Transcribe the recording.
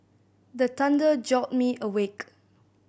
the thunder jolt me awake